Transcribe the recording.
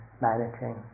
managing